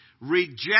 reject